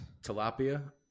Tilapia